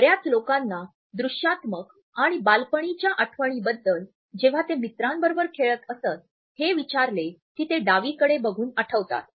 बर्याच लोकांना दृश्यात्मक आणि बालपणीच्या आठवणीबद्दल जेव्हा ते मित्रांबरोबर खेळत असत हे विचारले की ते डावीकडे बघून आठवतात